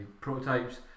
prototypes